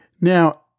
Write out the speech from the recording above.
Now